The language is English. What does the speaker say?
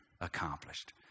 accomplished